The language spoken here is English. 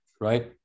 right